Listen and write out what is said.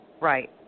Right